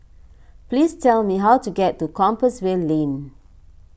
please tell me how to get to Compassvale Lane